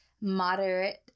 moderate